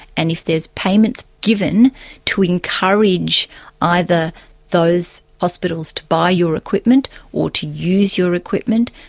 and if there's payments given to encourage either those hospitals to buy your equipment or to use your equipment,